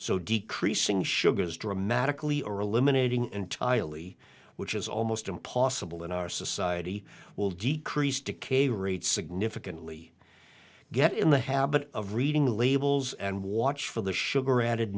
so decreasing sugars dramatically or eliminating entirely which is almost impossible in our society will decrease decay rates significantly get in the habit of reading labels and watch for the sugar added